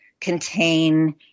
contain